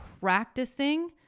practicing